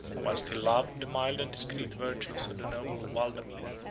whilst he loved the mild and discreet virtues of the noble walamir,